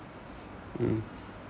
mm